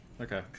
Okay